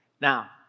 Now